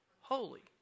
Holy